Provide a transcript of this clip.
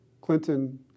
Clinton